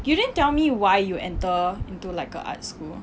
you didn't tell me why you enter into like a art school